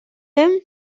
him